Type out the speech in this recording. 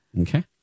Okay